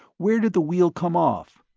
where did the wheel come off?